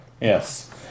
Yes